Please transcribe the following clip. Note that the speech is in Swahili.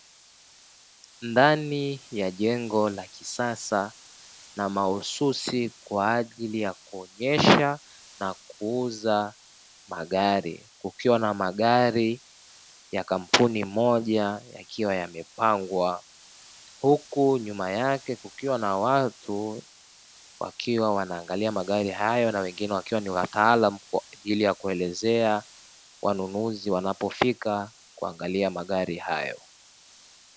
Ndani ya jengo la kisasa na mahususi kwa ajili ya kuonyesha na kuuza magari. Kukiwa na magari ya kampuni moja yakiwa yamepangwa huku nyuma yake kukiwa na watu wakiwa wanaangalia magari hayo na wengine wakiwa ni wataalamu kwa ajili ya kuelezea wanunuzi wanapofika kuangalia magari hayo.